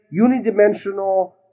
unidimensional